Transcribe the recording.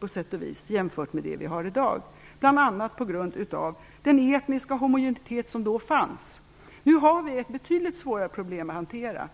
på sätt och vis enkelt jämfört med de problem vi har i dag. Det berodde bl.a. på den etniska homogenitet som då fanns. Nu har vi ett betydligt svårare problem att hantera.